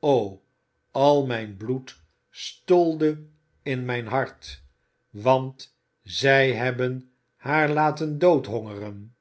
o al mijn bloed stolde in mijn hart want zij hebben haar laten